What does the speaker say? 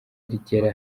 rigera